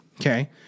okay